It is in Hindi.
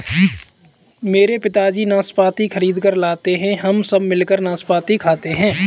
मेरे पिताजी नाशपाती खरीद कर लाते हैं हम सब मिलकर नाशपाती खाते हैं